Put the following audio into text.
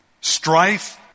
Strife